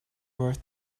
worth